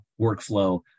workflow